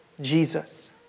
Jesus